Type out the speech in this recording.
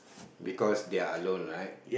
because they are alone right